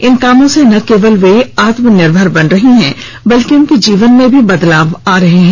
इन कामों से न केवल वे आत्मनिर्भर बन रही हैं बल्कि उनके जीवन में भी बदलाव आ रहा है